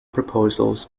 proposals